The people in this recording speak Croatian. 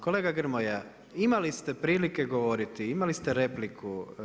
Kolega Grmoja imali ste prilike govoriti, imali ste repliku.